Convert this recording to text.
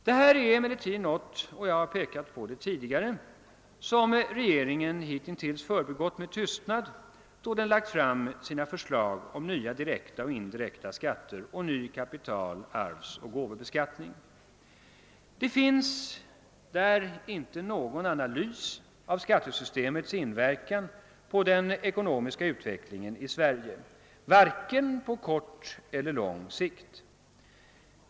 Detta är emellertid något — och jag har pekat på det tidigare — som regeringen förbigått med tystnad då den lagt fram sina förslag om nya direkta och indirekta skatter och ny kapital-, arvsoch gåvobeskattning. Det finns där inte någon analys av skattesystemets inverkan på den ekonomiska utvecklingen i Sverige, vare sig på kort eller lång sikt.